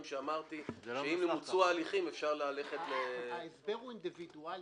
שאמרתי שאם ימוצו הליכים אפשר ללכת ל --- ההסבר הוא אינדיבידואלי.